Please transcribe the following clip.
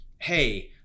hey